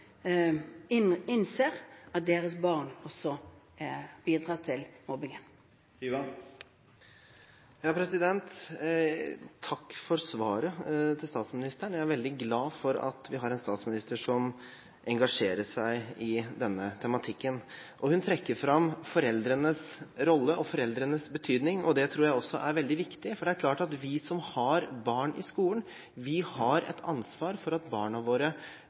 innser at deres barn også bidrar til mobbingen. Takk for svaret fra statsministeren. Jeg er veldig glad for at vi har en statsminister som engasjerer seg i denne tematikken. Hun trekker fram foreldrenes rolle og foreldrenes betydning, og det tror jeg er veldig viktig, for det er klart at vi som har barn i skolen, har et ansvar for at barna våre